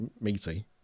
meaty